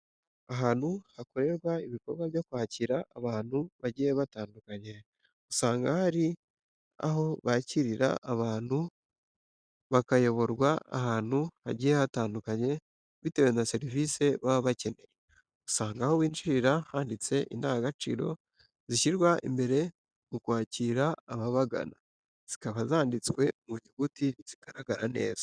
Ahantu hakorerwa ibikorwa byo kwakira abantu bagiye batandukanye, usanga hari aho bakirira abantu bakayoborwa ahantu hagiye hatandukanye bitewe na serivise baba bakeneye. Usanga aho winjirira handitse indangagaciro zishyirwa imbere mu kwakira ababagana, zikaba zanditswe mu nyuguti zigaragara neza.